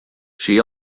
she